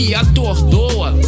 atordoa